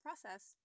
process